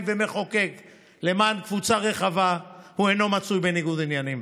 ומחוקק למען קבוצה רחבה הוא אינו מצוי בניגוד עניינים,